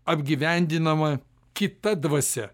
apgyvendinama kita dvasia